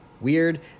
Weird